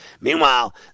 Meanwhile